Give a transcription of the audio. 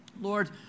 Lord